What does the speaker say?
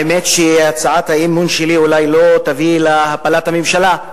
האמת היא שהצעת האי-אמון שלי אולי לא תביא להפלת הממשלה,